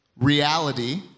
reality